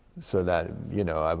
so that you know, um